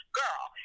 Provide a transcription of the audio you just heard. girl